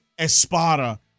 Espada